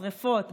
שרפות,